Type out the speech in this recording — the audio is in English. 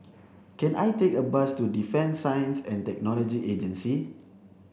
can I take a bus to Defence Science and Technology Agency